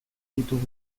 ditugu